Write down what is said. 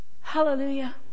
Hallelujah